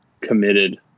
committed